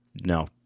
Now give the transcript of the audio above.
No